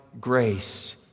grace